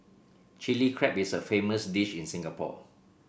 Chilli Crab is a famous dish in Singapore